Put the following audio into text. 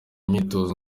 imyitozo